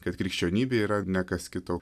kad krikščionybė yra ne kas kita